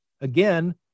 Again